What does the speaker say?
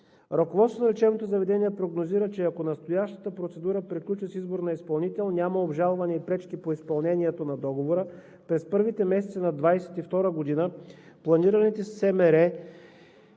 Ръководството на лечебното заведение прогнозира, че ако настоящата процедура приключи с избор на изпълнител и няма обжалвания и пречки по изпълнението на договора, през първите месеци на 2022 г. планираните